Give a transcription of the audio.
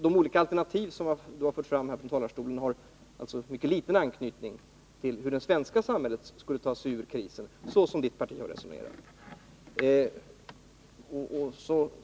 De olika alternativ han har fört fram från talarstolen har alltså mycket liten anknytning till hans eget partis uppfattning om hur det svenska samhället skall ta sig ur krisen.